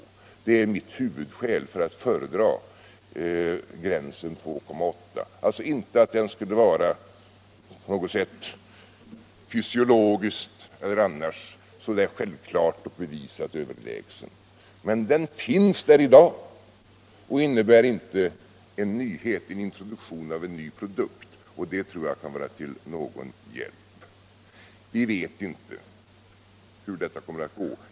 Och det är mitt huvudskäl för att föredra gränsen 2,8 viktprocent, alltså inte att den fysiologiskt eller på annan grund skulle vara bevisat överlägsen, men det finns där i dag, den innebär ingen nyhet och förutsätter inte någon introduktion av en ny produkt. Det tror jag kan vara till någon hjälp. Vi vet inte hur det kommer att gå.